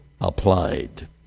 applied